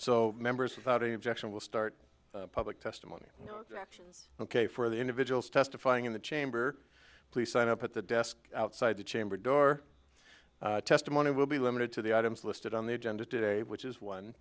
so members without any objection will start public testimony actions ok for the individuals testifying in the chamber please sign up at the desk outside the chamber door testimony will be limited to the items listed on the agenda today which is one